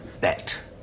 Bet